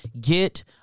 Get